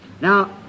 Now